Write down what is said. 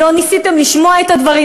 לא ניסיתם לשמוע את הדברים,